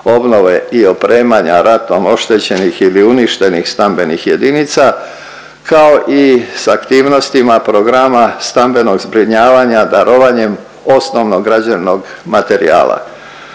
obnove i opremanja ratom oštećenih ili uništenih stambenih jedinica, kao i s aktivnostima Programa stambenog zbrinjavanja darovanjem osnovnog građevnog materijala.